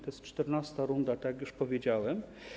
To jest 14. runda, tak jak już powiedziałem.